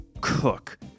cook